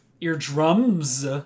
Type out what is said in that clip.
eardrums